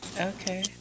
Okay